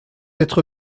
être